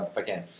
again.